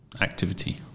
activity